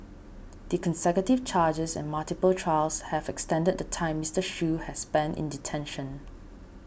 the consecutive charges and multiple trials have extended the time Mister Shoo has spent in detention